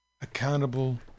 accountable